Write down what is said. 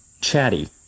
chatty